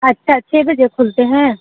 अच्छा छः बजे खुलते हैं